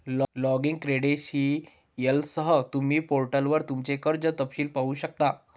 login क्रेडेंशियलसह, तुम्ही पोर्टलवर तुमचे कर्ज तपशील पाहू शकता